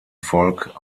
volk